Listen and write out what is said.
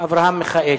אברהם מיכאלי.